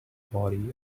body